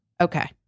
Okay